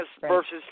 versus